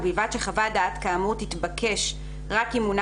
ובלבד שחוות דעת כאמור תתבקש רק אם מונה